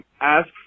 ask